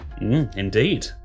Indeed